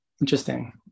Interesting